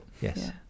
Yes